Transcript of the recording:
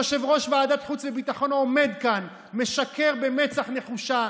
יושב-ראש ועדת חוץ וביטחון עומד כאן ומשקר במצח נחושה,